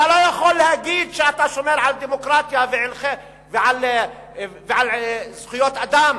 אתה לא יכול להגיד שאתה שומר על דמוקרטיה ועל זכויות אדם.